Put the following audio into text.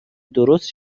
درست